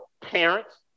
parents